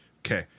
Okay